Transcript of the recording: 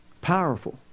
Powerful